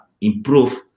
improve